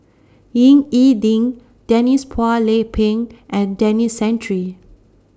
Ying E Ding Denise Phua Lay Peng and Denis Santry